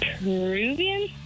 Peruvian